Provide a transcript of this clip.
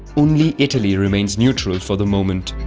only italy remains neutral for the moment.